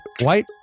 white